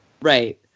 Right